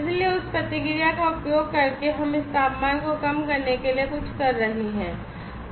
इसलिए उस प्रतिक्रिया का उपयोग करके हम इस तापमान को कम करने के लिए कुछ कर रहे हैं